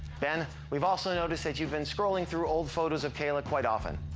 ben, we've also noticed that you've been scrolling through old photos of kayla quite often.